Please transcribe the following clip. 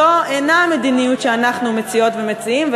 זו אינה המדיניות שאנחנו מציעות ומציעים,